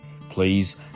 Please